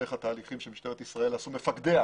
על התהליכים שמשטרת ישראל עשתה ומפקדיה.